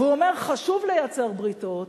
והוא אומר: חשוב לייצר בריתות,